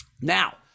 Now